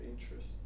interest